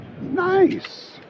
Nice